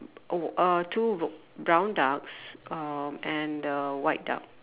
oh uh two brown ducks uh and a white duck